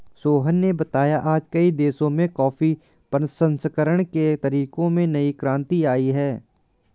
सोहन ने बताया आज कई देशों में कॉफी प्रसंस्करण के तरीकों में नई क्रांति आई है